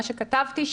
מה שכתבתי,